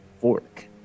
fork